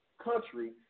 country